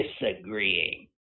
disagreeing